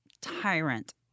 tyrant